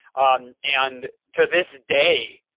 um and to this day,